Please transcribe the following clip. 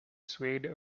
swayed